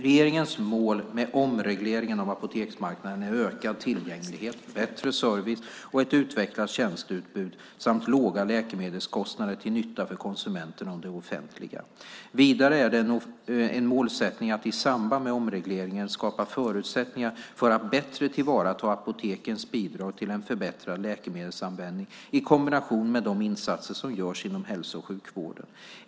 Regeringens mål med omregleringen av apoteksmarknaden är ökad tillgänglighet, bättre service och ett utvecklat tjänsteutbud samt låga läkemedelskostnader till nytta för konsumenten och det offentliga. Vidare är det en målsättning att i samband med omregleringen skapa förutsättningar för att bättre tillvarata apotekens bidrag till en förbättrad läkemedelsanvändning, i kombination med de insatser som görs inom hälso och sjukvården.